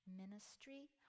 ministry